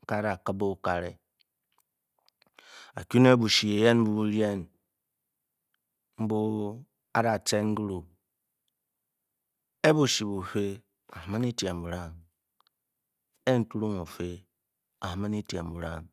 nke a'da kibe okare aku ne bushi eyen nbu bú kiibang nbu a'dacen kiru o'bushi bufe a man etiem burang e nturang o'fe a'man etiem burang